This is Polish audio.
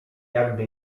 jakby